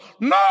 no